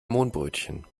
mohnbrötchen